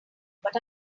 but